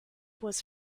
was